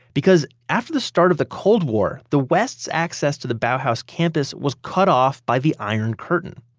because after the start of the cold war, the west's access to the bauhaus campus was cut off by the iron curtain.